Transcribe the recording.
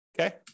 okay